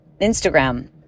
Instagram